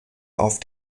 auf